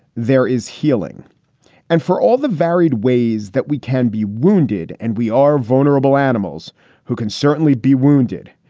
there is healing and for all the varied ways that we can be wounded and we are vulnerable animals who can certainly be wounded.